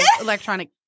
electronic